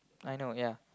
I know ya